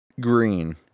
green